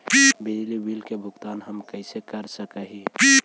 बिजली बिल के भुगतान हम कैसे कर सक हिय?